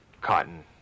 cotton